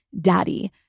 daddy